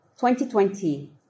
2020